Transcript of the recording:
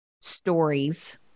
stories